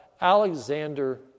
Alexander